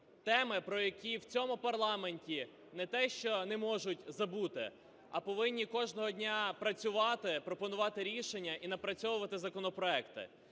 теми, про які в цьому парламенті, не те, що не можуть забути, а повинні кожного дня працювати, пропонувати рішення і напрацьовувати законопроекти.